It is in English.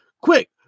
quick